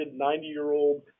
90-year-old